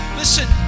listen